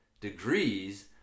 degrees